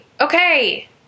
Okay